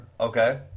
Okay